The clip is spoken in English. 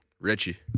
Richie